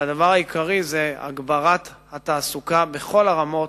והדבר העיקרי הוא הגברת התעסוקה בכל הרמות,